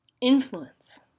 influence